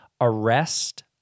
ARREST